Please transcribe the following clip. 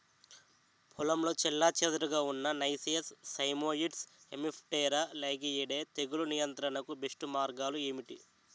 పొలంలో చెల్లాచెదురుగా ఉన్న నైసియస్ సైమోయిడ్స్ హెమిప్టెరా లైగేయిడే తెగులు నియంత్రణకు బెస్ట్ మార్గాలు ఏమిటి?